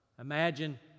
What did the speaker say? Imagine